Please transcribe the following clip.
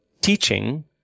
teaching